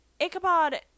ichabod